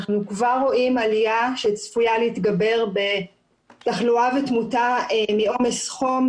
אנחנו כבר רואים עלייה שצפויה להתגבר בתחלואה ותמותה מעומס חום,